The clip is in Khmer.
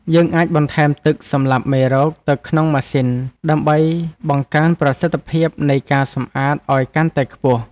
យើងអាចបន្ថែមទឹកសម្លាប់មេរោគទៅក្នុងម៉ាស៊ីនដើម្បីបង្កើនប្រសិទ្ធភាពនៃការសម្អាតឱ្យកាន់តែខ្ពស់។